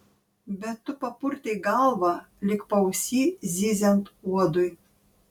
bet tu papurtei galvą lyg paausy zyziant uodui